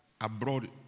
Abroad